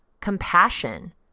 compassion